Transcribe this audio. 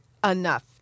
enough